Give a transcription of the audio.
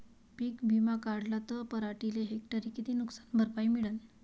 पीक विमा काढला त पराटीले हेक्टरी किती नुकसान भरपाई मिळीनं?